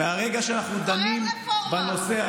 כבר אין רפורמה.